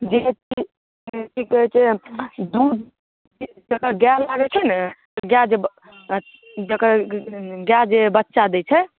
जेकि कि कहै छै दूध जकर गाइ लागै छै ने गाइ जे जकर गाइ जे बच्चा दै छै